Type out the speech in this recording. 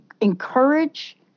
encourage